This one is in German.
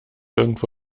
irgendwo